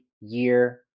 year